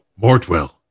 Mortwell